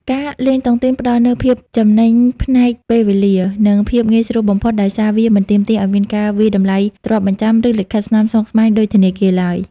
ការលេងតុងទីនផ្ដល់នូវភាពចំណេញផ្នែកពេលវេលា និងភាពងាយស្រួលបំផុត ដោយសារវាមិនទាមទារឱ្យមានការវាយតម្លៃទ្រព្យបញ្ចាំ ឬលិខិតស្នាមស្មុគស្មាញដូចធនាគារឡើយ។